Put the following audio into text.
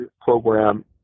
program